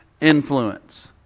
influence